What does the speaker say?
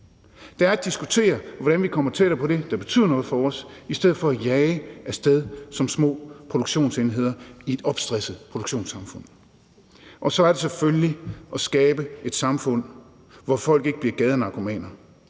Det er at diskutere, hvordan vi kommer tættere på det, der betyder noget for os, i stedet for at jage af sted som små produktionsenheder i et opstresset produktionssamfund. Så er det selvfølgelig også at skabe et samfund, hvor folk ikke bliver gadenarkomaner,